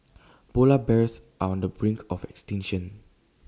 Polar Bears are on the brink of extinction